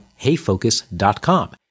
heyfocus.com